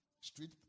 street